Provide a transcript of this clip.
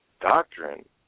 doctrine